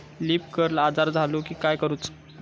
Leaf curl आजार झालो की काय करूच?